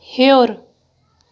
ہیوٚر